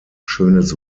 schönes